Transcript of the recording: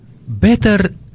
Better